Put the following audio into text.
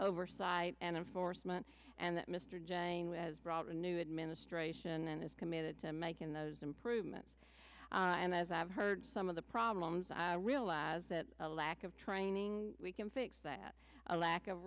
oversight and enforcement and that mr janeway has brought a new administration and is committed to making those improvements and as i've heard some of the problems i realize that a lack of training we can fix that a lack of